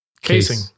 casing